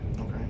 okay